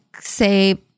say